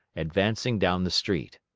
advancing down the street.